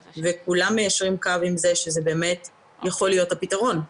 וכולם מיישרים קו עם זה שזה יכול להיות הפתרון.